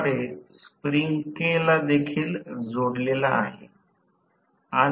एकदा r Thevenin j x Thevenin मिळवा मग गणना करा विद्युत प्रवाह गणना करा